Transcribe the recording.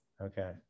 Okay